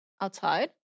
outside